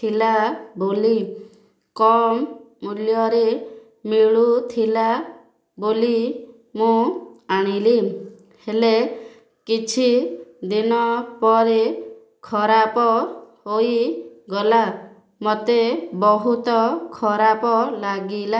ଥିଲା ବୋଲି କମ୍ ମୂଲ୍ୟରେ ମିଳୁଥିଲା ବୋଲି ମୁଁ ଆଣିଲି ହେଲେ କିଛି ଦିନ ପରେ ଖରାପ ହୋଇଗଲା ମୋତେ ବହୁତ ଖରାପ ଲାଗିଲା